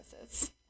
services